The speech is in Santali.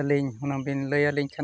ᱟᱹᱞᱤᱧ ᱦᱩᱱᱟᱹᱝᱵᱤᱱ ᱞᱟᱹᱭᱟᱞᱤᱧ ᱠᱷᱟᱱ